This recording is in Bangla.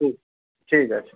ও ঠিক আছে